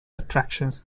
attractions